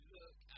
look